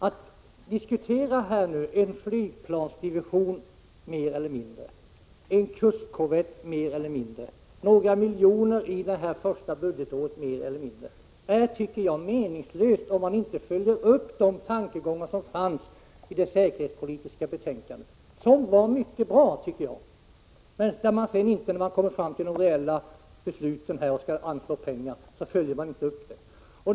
Att diskutera en flygplansdivision mer eller mindre, en kustkorvett mer eller mindre, några miljoner mer eller mindre under detta första budgetår är meningslöst om man inte följer upp de tankegångar som fanns i det säkerhetspolitiska betänkandet, vilket var 4 Prot. 1986/87:133 mycket bra. Men när man sedan kommer fram till de reella besluten och skall anslå pengar följer man inte upp dessa tankegångar.